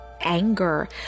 anger